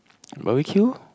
barbeque